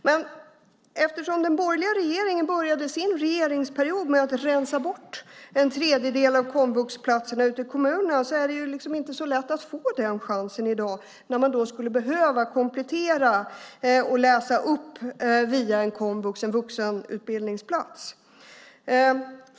Men eftersom den borgerliga regeringen började sin regeringsperiod med att rensa bort en tredjedel av komvuxplatserna ute i kommunerna är det inte så lätt att få den chansen i dag när man skulle behöva komplettera och läsa upp via en vuxenutbildningsplats.